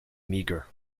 meager